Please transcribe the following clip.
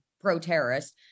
pro-terrorist